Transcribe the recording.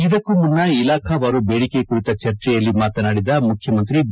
ಇದಕ್ಕೂ ಮುನ್ನ ಇಲಾಖಾವಾರು ಬೇಡಿಕೆ ಕುರಿತ ಚರ್ಚೆಯಲ್ಲಿ ಮಾತನಾಡಿದ ಮುಖ್ಯಮಂತ್ರಿ ಬಿ